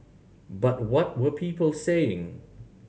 but what were people saying